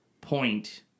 point